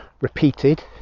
repeated